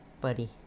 buddy